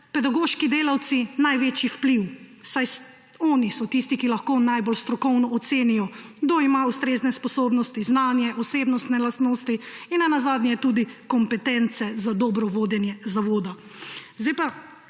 pedagoški delavci največji vpliv, saj oni so tisti, ki lahko najbolj strokovno ocenijo, kdo ima ustrezne sposobnosti, znanje, osebnostne lastnosti in nenazadnje tudi kompetence za dobro vodenje zavoda.